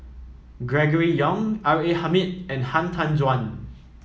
Gregory Yong R A Hamid and Han Tan Juan